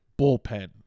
Bullpen